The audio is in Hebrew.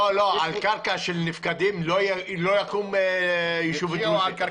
לא, לא, על קרקע של נפקדים לא יקום יישוב דרוזי.